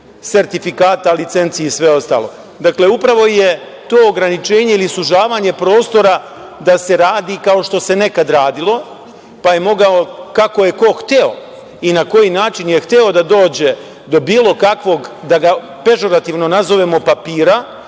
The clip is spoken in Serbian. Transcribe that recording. sertifikata, licenci i sve ostalo. Dakle, upravo je to ograničenje ili sužavanje prostora, da se radi kao što se nekada radilo, pa je mogao kako je ko hteo i na koji način je hteo da dođe do bilo kakvog, da ga pežurativno nazovemo, papira,